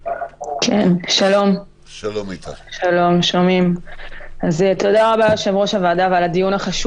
כל אדם זכאי להגנה על חייו, על גופו ועל